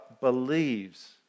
believes